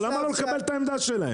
למה לא לקבל את העמדה שלהם?